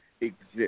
Exist